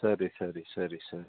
ಸರಿ ಸರಿ ಸರಿ ಸರಿ